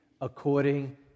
according